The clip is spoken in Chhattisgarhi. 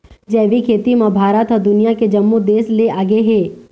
जैविक खेती म भारत ह दुनिया के जम्मो देस ले आगे हे